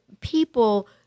people